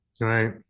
Right